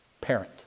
parent